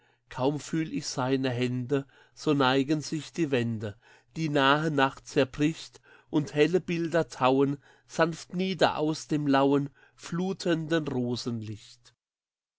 kaum fühl ich seine hände so neigen sich die wände die nahe nacht zerbricht und helle bilder tauen sanft nieder aus dem lauen flutenden